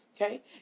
okay